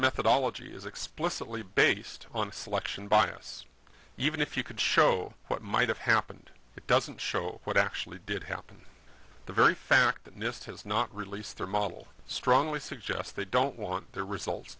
methodology is explicitly based on a selection bias even if you could show what might have happened it doesn't show what actually did happen the very fact that nist has not released their model strongly suggests they don't want their results